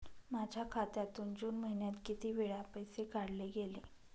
माझ्या खात्यातून जून महिन्यात किती वेळा पैसे काढले गेले?